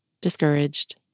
discouraged